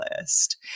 list